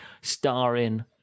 Starring